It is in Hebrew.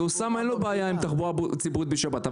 -- אין לו בעיה עם תחבורה ציבורית בשבת.